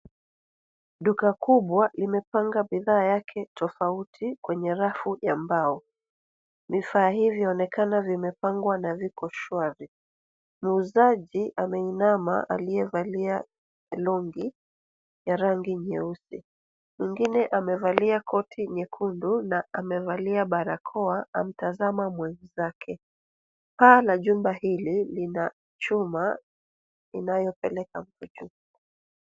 Duka kubwa limepanga bidhaa yake tofauti kwenye rafu ya mbao. Vifaa hii viyaonekana vimepangwa na viko shwari. Muuzaji ameinama aliyevalia longi ya rangi nyeusi. Mwignine amevalia koti nyekundu na amevalia barakoa amtazama mwenzake. Paa la jumba hili lina chuma inayopeleka huku juu.